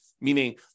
meaning